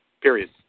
Period